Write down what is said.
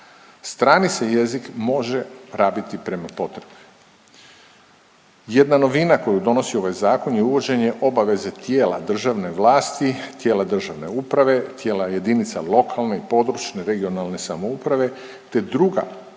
Strani se jezik može rabiti prema potrebi. Jedna novina koju donosi ovaj Zakon je uvođenje obaveze tijela državne vlasti, tijela državne uprave, tijela jedinica lokalne i područne (regionalne) samouprave te druga